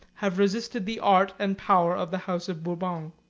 have resisted the art and power of the house of bourbon.